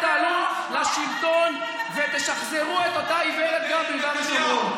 אתם תעלו לשלטון ותשחזרו את אותה איוולת גם ביהודה ושומרון.